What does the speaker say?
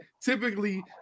Typically